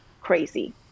crazy